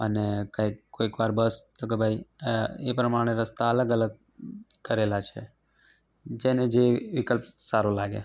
અને કઈક કોઇક વાર બસ તો કે ભાઈ એ પ્રમાણે રસ્તા અલગ અલગ કરેલા છે જેને જે વિકલ્પ સારો લાગે